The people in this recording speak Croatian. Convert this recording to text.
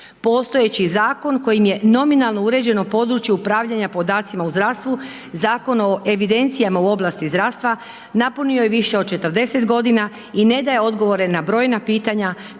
Postojeći zakon kojim je nominalno uređeno područje upravljanja podacima u zdravstvu, Zakon o evidencijama u oblasti zdravstva napunio je više od 40 g. i ne daje odgovore na brojna pitanja